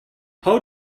how